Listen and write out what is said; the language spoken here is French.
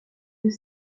deux